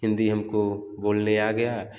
हिंदी हमको बोलने आ गया